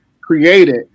created